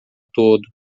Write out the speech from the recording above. todo